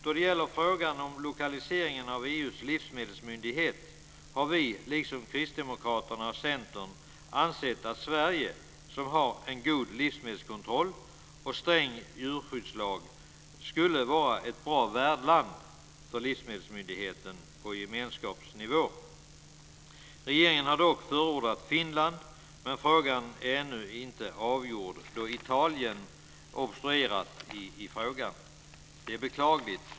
Då det gäller frågan om lokaliseringen av EU:s livsmedelsmyndighet har vi liksom Kristdemokraterna och Centern ansett att Sverige, som har en god livsmedelskontroll och sträng djurskyddslag, skulle vara ett bra värdland för livsmedelsmyndigheten på gemenskapsnivå. Regeringen har dock förordat Finland, men frågan är ännu inte avgjord då Italien obstruerat i frågan. Detta är beklagligt.